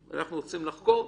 אנחנו רוצים לחקור,